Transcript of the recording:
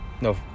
no